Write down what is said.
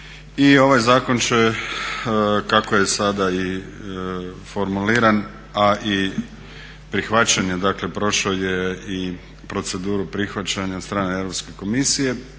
ovaj zakon će kako je sada i formuliran, a i prihvaćen je, dakle prošao je i proceduru prihvaćanja od strane Europske komisije.